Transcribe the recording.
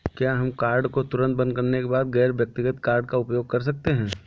क्या हम कार्ड को तुरंत बंद करने के बाद गैर व्यक्तिगत कार्ड का उपयोग कर सकते हैं?